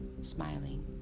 smiling